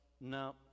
No